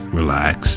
relax